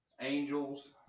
Angels